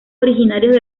originarios